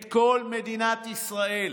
את כל מדינת ישראל.